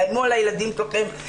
יאיימו על הילדים שלכן,